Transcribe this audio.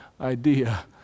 idea